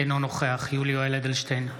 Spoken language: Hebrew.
אינו נוכח יולי יואל אדלשטיין,